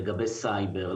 לגבי סייבר,